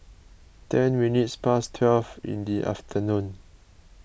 ten minutes past twelve in the afternoon